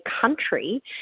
country